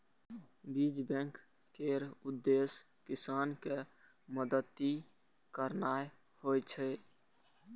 बीज बैंक केर उद्देश्य किसान कें मदति करनाइ होइ छै